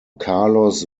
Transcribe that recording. carlos